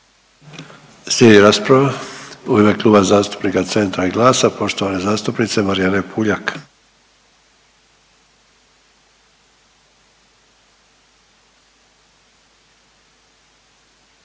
rasprava u ime Kluba zastupnika Centra i GLAS-a poštovane zastupnice Marijane Puljak.